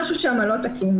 שמשהו שם לא תקין.